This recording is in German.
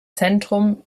zentrum